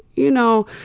you know,